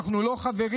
אנחנו לא חברים,